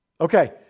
Okay